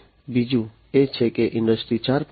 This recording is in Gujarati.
બીજું એ છે કે ઇન્ડસ્ટ્રી 4